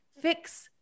fix